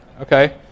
Okay